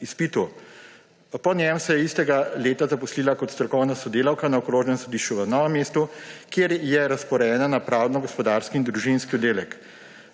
Po njem se je istega leta zaposlila kot strokovna sodelavka na Okrožnem sodišču v Novem mestu, kjer je razporejena na Pravdno gospodarski in Družinski oddelek.